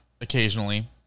occasionally